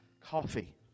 Coffee